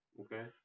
Okay